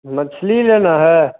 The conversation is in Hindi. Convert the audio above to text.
मछली लेना है